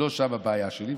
לא שם הבעיה שלי,